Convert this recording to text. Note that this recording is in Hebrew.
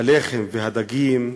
הלחם והדגים,